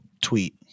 tweet